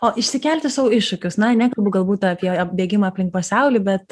o išsikelti sau iššūkius na nekalbu galbūt apie bėgimą aplink pasaulį bet